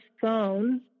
phone